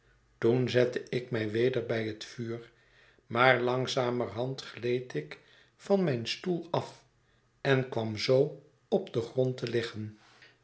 toen zette ik mij weder bij het vuur maar langzamerhand gleed ik van mijn stoel af en kwam zoo op den grond te liggen